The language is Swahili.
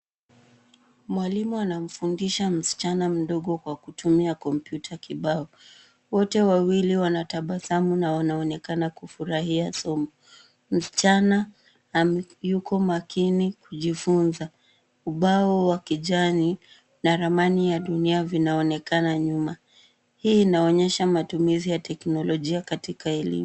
Mwalimu anamfundisha msichana mdogo kwa kutumia komputa kibao. Wote wawili wanatabasamu na wanaonekana kufurahia somo. Msichana yuko makini kujifunza. Ubao wa kijani na ramani ya dunia vinaonekana nyuma. Hii inaonyesha matumizi ya teknolojia katika elimu .